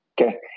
Okay